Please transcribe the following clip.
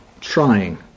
trying